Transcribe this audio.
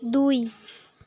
দুই